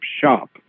Shop